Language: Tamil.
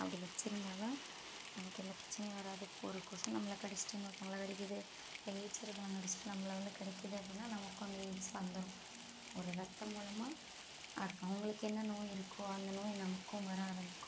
அப்படி வச்சுருந்தால் தான் நமக்கு எந்த பிரச்சனையும் வராது ஒரு கொசு நம்மளை கடித்திட்டு இன்னொருத்தவங்கள கடிக்கிது எயிட்ஸ் இருக்கவங்களை கடித்திட்டு நம்மளை வந்து கடிக்கிது அப்படினா நமக்கும் அந்த எயிட்ஸ் வந்துடும் ஒரு ரத்தம் மூலமாக அடுத்தவங்களுக்கு என்ன நோய் இருக்கோ அந்த நோய் நமக்கும் வர ஆரம்மிக்கும்